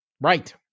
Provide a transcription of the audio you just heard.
Right